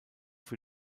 für